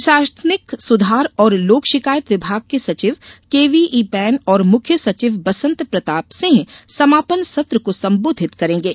प्रशासनिक सुधार और लोक शिकायत विभाग के सचिव केवी ईपेनऔर मुख्य सचिव बसंत प्रताप सिंह समापन सत्र को सम्बोधित करेंगे